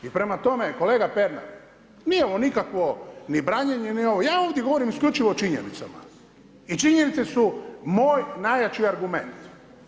I prema tome, kolega Pernar, nije ovo nikakvo ni branjenje ni ovo, ja ovdje govorim isključivo o činjenicama i činjenice su moj najjači argument.